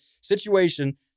situation